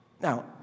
Now